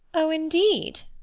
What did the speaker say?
oh, indeed!